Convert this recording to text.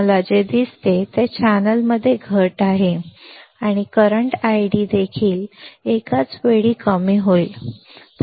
मला जे दिसते ते चॅनेलमध्ये घट आहे आणि करंट ID देखील एकाच वेळी कमी होईल